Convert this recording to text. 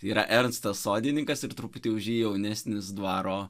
yra ernstas sodininkas ir truputį už jį jaunesnis dvaro